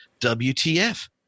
WTF